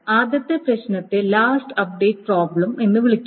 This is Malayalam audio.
ആദ്യ പ്രശ്നത്തെ ലാസ്റ്റ് അപ്ഡേറ്റ് പ്രോബ്ലം എന്ന് വിളിക്കുന്നു